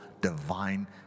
divine